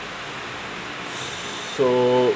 so